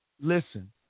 Listen